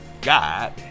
God